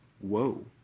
whoa